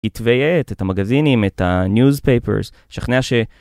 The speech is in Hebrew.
כתבי עת, את המגזינים, את ה-newspapers, שכנע ש...